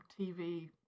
tv